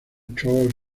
charles